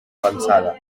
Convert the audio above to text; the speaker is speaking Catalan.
avançada